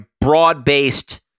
broad-based